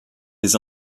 des